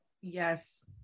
Yes